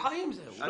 הוא חי עם זה.